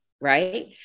Right